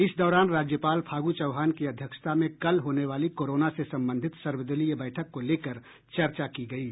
इस दौरान राज्यपाल फागू चौहान की अध्यक्षता में कल होने वाली कोरोना से संबंधित सर्वदलीय बैठक को लेकर चर्चा की गयी